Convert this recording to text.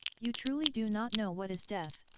you truly do not know what is death!